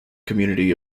community